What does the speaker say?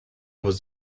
was